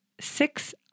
six